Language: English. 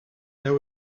there